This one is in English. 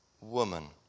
woman